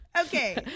Okay